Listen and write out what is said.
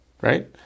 right